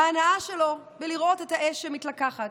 ההנאה שלו בלראות את האש שמתלקחת.